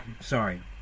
sorry